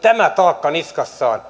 tämä taakka niskassaan